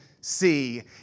see